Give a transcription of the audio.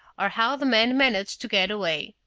or how the man managed to get away.